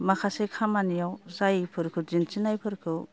माखासे खामानियाव जायिफोरखौ दिन्थिनायफोरखौ